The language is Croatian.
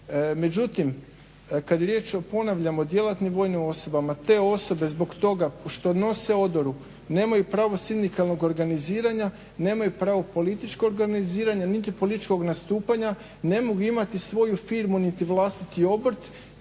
Međutim, kada je riječ ponavljamo djelatnim vojnim osobama te osobe zbog toga što nose odoru nemaju pravu sindikalnog organiziranja, nemaju pravo političkog organiziranja niti političkog nastupanja, ne mogu imati svoju firmu niti vlastiti obrt